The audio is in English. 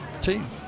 team